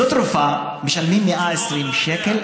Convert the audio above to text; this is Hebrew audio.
זו תרופה שמשלמים 120 שקל,